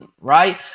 Right